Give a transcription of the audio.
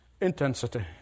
intensity